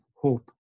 hope